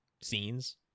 scenes